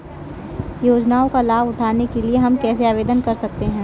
योजनाओं का लाभ उठाने के लिए हम कैसे आवेदन कर सकते हैं?